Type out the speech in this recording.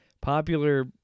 popular